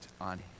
on